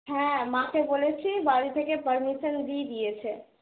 হ্যাঁ মাকে বলেছি বাড়ি থেকে পারমিশান দিয়ে দিয়েছে